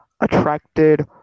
attracted